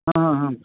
ಹಾಂ ಹಾಂ